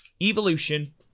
Evolution